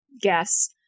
Guess